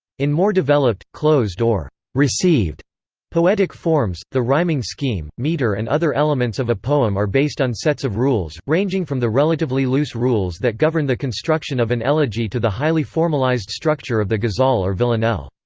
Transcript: in more developed, closed or received poetic forms, the rhyming scheme, meter and other elements of a poem are based on sets of rules, ranging from the relatively loose rules that govern the construction of an elegy to the highly formalized structure of the ghazal or villanelle.